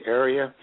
area